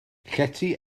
llety